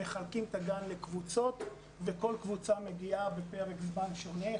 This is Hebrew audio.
מחלקים את הגן לקבוצות וכל קבוצה מגיעה בפרק זמן שונה,